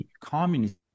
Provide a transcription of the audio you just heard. communist